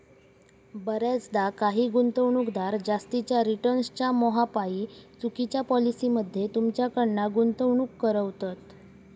बऱ्याचदा काही गुंतवणूकदार जास्तीच्या रिटर्न्सच्या मोहापायी चुकिच्या पॉलिसी मध्ये तुमच्याकडना गुंतवणूक करवतत